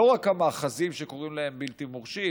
לא רק המאחזים שקוראים להם "בלתי מורשים",